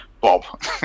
Bob